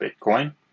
Bitcoin